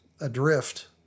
adrift